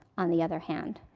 on the other hand,